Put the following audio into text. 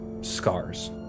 scars